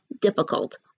difficult